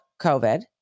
COVID